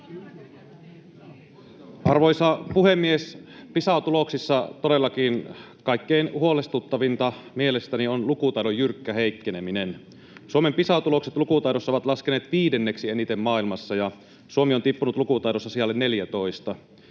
Arvoisa puhemies! Pisa-tuloksissa todellakin kaikkein huolestuttavinta mielestäni on lukutaidon jyrkkä heikkeneminen. Suomen Pisa-tulokset lukutaidossa ovat laskeneet viidenneksi eniten maailmassa, ja Suomi on tippunut lukutaidossa sijalle 14.